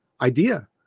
idea